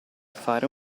fare